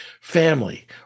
family